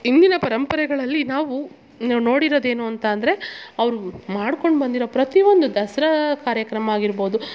ಇಂದಿನ ಪರಂಪರೆಗಳಲ್ಲಿ ನಾವು ನಾವು ನೋಡಿರೋದು ಏನು ಅಂತ ಅಂದರೆ ಅವ್ರು ಮಾಡ್ಕೊಂಡು ಬಂದಿರೋ ಪ್ರತಿ ಒಂದು ದಸರಾ ಕಾರ್ಯಕ್ರಮ ಆಗಿರ್ಬೋದು